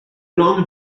long